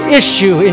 issue